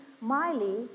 Miley